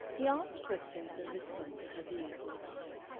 he asked questions and listened to her views for a time.